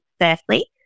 firstly